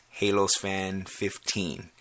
HalosFan15